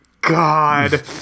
God